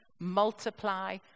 multiply